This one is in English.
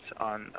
on